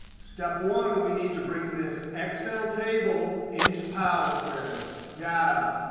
step one, we need to bring this excel table into power query. data,